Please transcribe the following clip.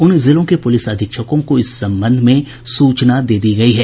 उन जिलों के प्रलिस अधीक्षकों को इस संबंध में सूचना दे दी गयी है